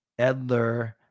Edler